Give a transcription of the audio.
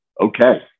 okay